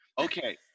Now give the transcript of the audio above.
Okay